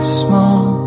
small